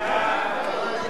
ההצעה